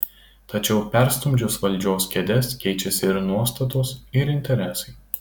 tačiau perstumdžius valdžios kėdes keičiasi ir nuostatos ir interesai